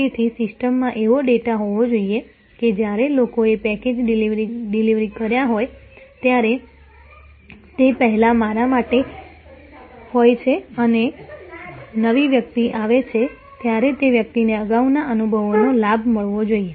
તેથી સિસ્ટમમાં એવો ડેટા હોવો જોઈએ કે જ્યારે લોકોએ પૅકેજ ડિલિવરી કર્યા હોય ત્યારે તે પહેલાં મારા માટે હોય છે અને હવે નવી વ્યક્તિ આવે છે ત્યારે તે વ્યક્તિને અગાઉના અનુભવનો લાભ મળવો જોઈએ